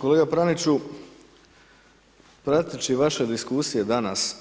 Kolega Praniću, prateći vaše diskusije danas,